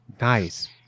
nice